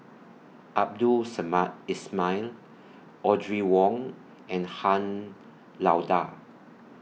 Abdul Samad Ismail Audrey Wong and Han Lao DA